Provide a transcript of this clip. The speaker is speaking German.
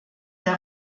der